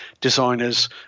designers